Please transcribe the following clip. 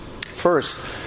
first